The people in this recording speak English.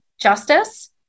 justice